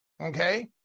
Okay